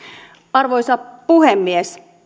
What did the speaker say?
arvoisa puhemies